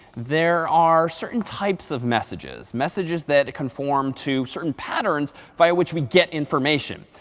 there are certain types of messages, messages that conform to certain patterns by which we get information.